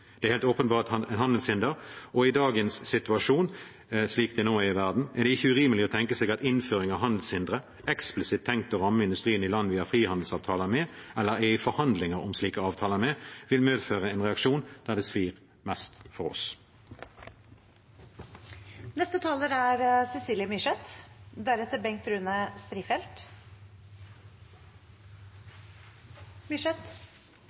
Det er et helt åpenbart handelshinder, og i dagens situasjon, slik det nå er i verden, er det ikke urimelig å tenke seg at innføring av handelshindre eksplisitt tenkt å ramme industrien i land vi har frihandelsavtaler med eller er i forhandlinger om slike avtaler med, vil medføre en reaksjon der det svir mest for oss. Intensjonene om å sikre mer bearbeiding tror jeg vi alle deler, og det er